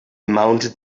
mounted